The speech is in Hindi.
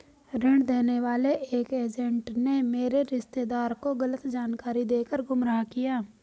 ऋण देने वाले एक एजेंट ने मेरे रिश्तेदार को गलत जानकारी देकर गुमराह किया